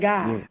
God